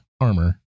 armor